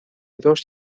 dos